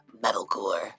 metalcore